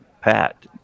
pat